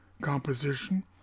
composition